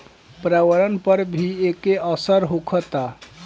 पर्यावरण पर भी एके असर होखता